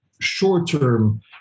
short-term